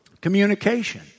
Communication